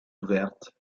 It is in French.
ouverte